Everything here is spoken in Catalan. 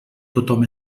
tothom